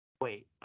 Wait